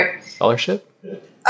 Scholarship